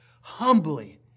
Humbly